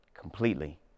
completely